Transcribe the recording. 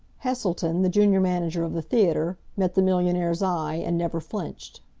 heselton, the junior manager of the theatre, met the millionaire's eye and never flinched.